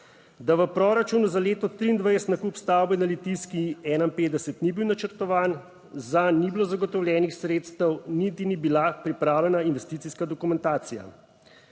da v proračunu za leto 2023 nakup stavbe na Litijski 51 ni bil načrtovan, zanj ni bilo zagotovljenih sredstev, niti ni bila pripravljena investicijska dokumentacija.